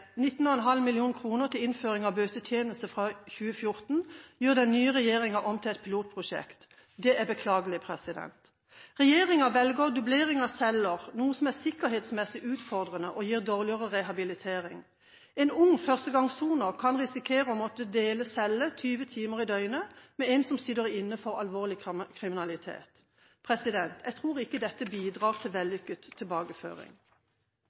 19,5 mill. kr til innføring av bøtetjeneste fra 2014 gjør den nye regjeringen om til et pilotprosjekt. Det er beklagelig. Regjeringen velger dublering av celler, noe som er sikkerhetsmessig utfordrende og gir dårligere rehabilitering. En ung førstegangssoner kan risikere å måtte dele celle 20 timer i døgnet med en som sitter inne for alvorlig kriminalitet. Jeg tror ikke dette bidrar til en vellykket tilbakeføring.